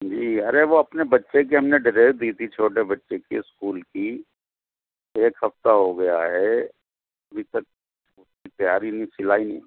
جی ارے وہ اپنے بچے کی ہم نے ڈریس دی تھی چھوٹے بچے کی اسکول کی ایک ہفتہ ہو گیا ہے ابھی تک تیار ہی نہیں سلا ہی نہیں